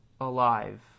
alive